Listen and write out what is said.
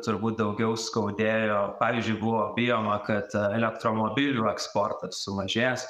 turbūt daugiau skaudėjo pavyzdžiui buvo bijoma kad elektromobilių eksportas sumažės